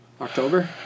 October